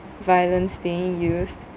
violence being used